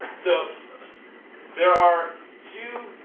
so there are two,